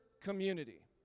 community